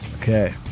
Okay